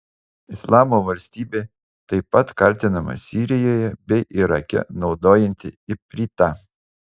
islamo valstybė taip pat kaltinama sirijoje bei irake naudojanti ipritą